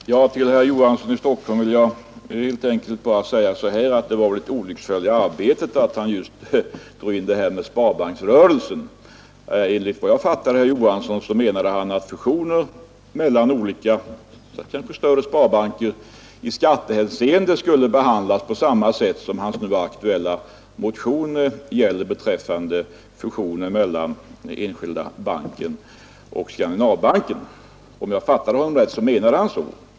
Herr talman! Till herr Olof Johansson i Stockholm vill jag helt enkelt säga att det väl var ett olycksfall i arbetet att han drog in sparbanksrörelsen. Efter vad jag har fattat herr Johansson menade han att fusioner mellan t.ex. större sparbanker i skattehänseende borde behandlas på samma sätt som hans nu aktuella motion anvisar beträffande fusionen mellan Enskilda banken och Skandinavbanken. Om jag fattade honom rätt menade han så.